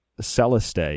Celeste